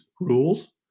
rules